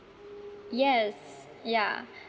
yes ya